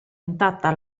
intatta